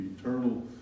eternal